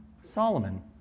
Solomon